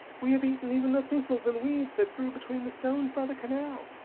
we have eaten even the thistles and weeds that grew between the stones by the canal.